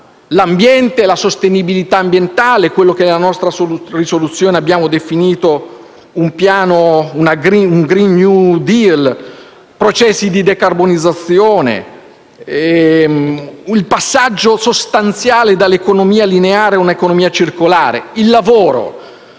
l'ambiente e la sostenibilità ambientale (quello che nella nostra risoluzione abbiamo definito un *green new deal*), i processi di decarbonizzazione ed un passaggio sostanziale dall'economia lineare a una economia circolare. Il lavoro: